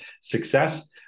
success